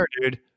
dude